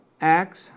Acts